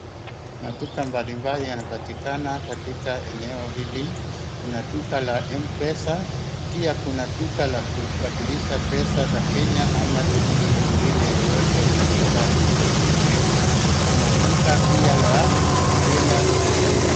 Maduka mbalimbali yanapatikana katika eneo hili, kuna duka la M-pesa, pia kuna duka la kubadilisha pesa za Kenya ama nchi ingine yoyote katika huu ulimwengu. Kuna duka pia la kutenda...